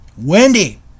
Wendy